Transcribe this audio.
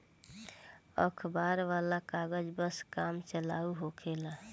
अखबार वाला कागज बस काम चलाऊ होखेला